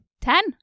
Ten